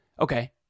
Okay